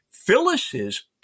Phyllis's